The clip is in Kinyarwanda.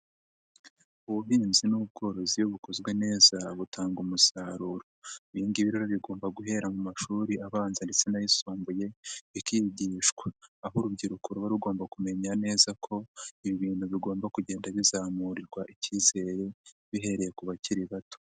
Ubuhinzi n'ubworozi bukozwe neza butanga umusaruro, ibi ngibi rero bigomba guhera mu mashuri abanza ndetse n'ayisumbuye bikigishwa, aho urubyiruko ruba rugomba kumenya neza ko ibi bintu bigomba kugenda bizamurirwa icyizere bihereye ku bakiri bato.